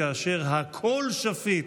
כאשר הכול שפיט,